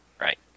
Right